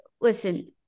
listen